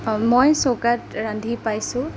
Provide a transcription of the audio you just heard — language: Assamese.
মই চৌকাত ৰান্ধি পাইছোঁ